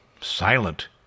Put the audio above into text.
silent